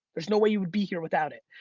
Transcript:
there's no way you would be here without it,